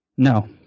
No